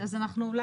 על שמפו,